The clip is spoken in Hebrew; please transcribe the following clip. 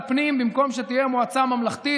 אינו נוכח אלון טל,